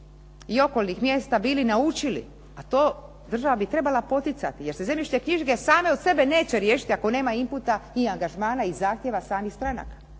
i okolnih mjesta bili naučili, a to bi država trebala poticati, jer se zemljišne knjige same od sebe neće riješiti ako nema imputa i angažmana i zahtjeva samih stranaka.